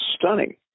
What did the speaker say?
stunning